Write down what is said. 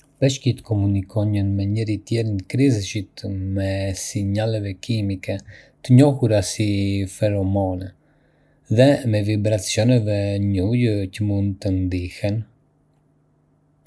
Peshqit komunikojnë me njëri-tjetrin kryesisht me sinjaleve kimike, të njohura si feromonë, dhe me vibracioneve në ujë që mund të ndihen